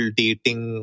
dating